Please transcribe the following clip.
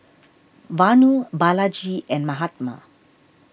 Vanu Balaji and Mahatma